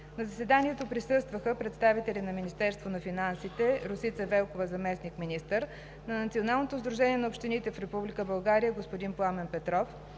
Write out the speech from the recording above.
На заседанието присъстваха представители на Министерството на финансите: Росица Велкова – заместник-министър; от Националното сдружение на общините в Република България – господин Пламен Петров